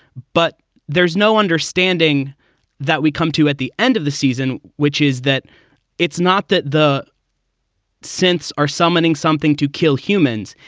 but there's no understanding that we come to at the end of the season, which is that it's not that the synths are summoning something to kill humans.